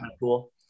cool